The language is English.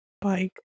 bike